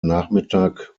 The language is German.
nachmittag